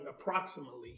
approximately